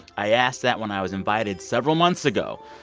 i asked that when i was invited several months ago.